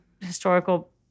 historical